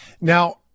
Now